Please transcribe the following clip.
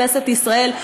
כנסת ישראל,